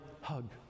hug